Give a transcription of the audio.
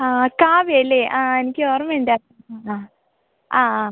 ആ കാവ്യ അല്ലേ ആ എനിക്ക് ഓർമ്മ ഉണ്ട് ആ ആ ആ